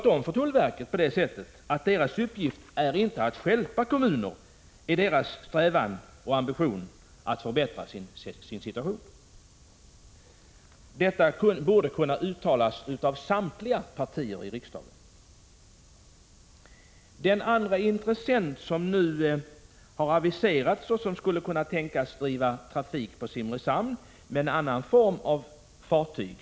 På det sättet skulle riksdagen ha talat om för tullverket att verkets uppgift inte är att stjälpa kommuner i deras strävanden att förbättra sin situation. Detta borde kunna uttalas av samtliga partier i riksdagen. En annan intressent skulle enligt vad som aviserats kunna tänkas driva trafik på Simrishamn med en annan typ av fartyg.